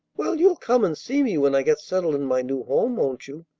well, you'll come and see me when i get settled in my new home, won't you?